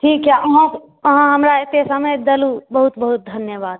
ठीक यऽ अहाँ हमरा एते समय देलहुँ बहुत बहुत धन्यवाद